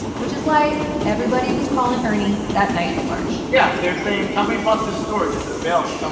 which is why everybody was calling ernie that night in march yeah. they were saying, tell me about this storage. is it available? tell